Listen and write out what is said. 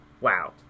wow